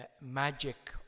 magic